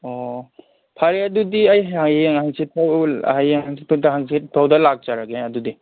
ꯑꯣ ꯐꯔꯦ ꯑꯗꯨꯗꯤ ꯑꯩ ꯍꯌꯦꯡ ꯍꯥꯡꯆꯤꯠ ꯐꯥꯎ ꯍꯌꯦꯡ ꯍꯥꯡꯆꯤꯠꯇꯨꯗ ꯍꯥꯡꯆꯤꯠ ꯐꯥꯎꯗ ꯂꯥꯛꯆꯔꯒꯦ ꯑꯗꯨꯗꯤ